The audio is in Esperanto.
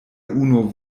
unu